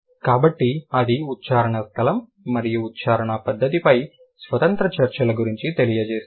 కాబట్టి అది ఉచ్చారణ స్థలం మరియు ఉచ్చారణ పద్ధతిపై స్వతంత్ర చర్చల గురించి తెలియజేస్తుంది